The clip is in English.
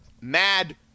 mad